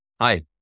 Hi